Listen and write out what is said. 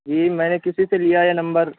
جی میں نے کسی سے لیا یہ نمبر